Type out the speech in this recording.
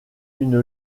une